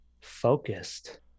focused